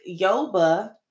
Yoba